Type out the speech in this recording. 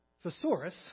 thesaurus